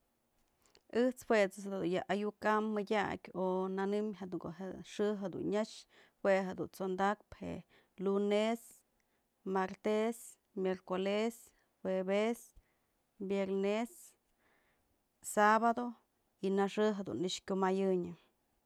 Ëjt's jue ëjt's da dun ayu'uk am mëdyak o nanëm ko'o xë jedun nyax, jue jedun t'sondakpë je lunés, martés, miercolés, juevés, viernés, sabado y nëxë dun nyëkxë kymayënyë.